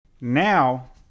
Now